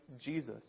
Jesus